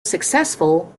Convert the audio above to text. successful